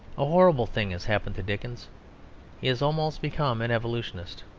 a horrible thing has happened to dickens he has almost become an evolutionist.